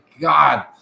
God